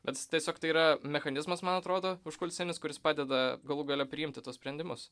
bet tiesiog tai yra mechanizmas man atrodo užkulisinis kuris padeda galų gale priimti tuos sprendimus